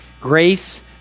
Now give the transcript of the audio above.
Grace